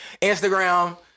Instagram